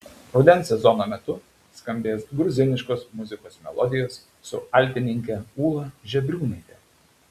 rudens sezono metu skambės gruziniškos muzikos melodijos su altininke ūla žebriūnaite